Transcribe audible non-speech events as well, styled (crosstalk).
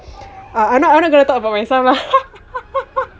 uh I'm not I'm not gonna talk about myself err (laughs)